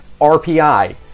RPI